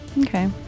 okay